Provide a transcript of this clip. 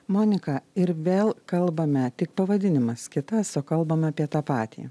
monika ir vėl kalbame tik pavadinimas kitas o kalbam apie tą patį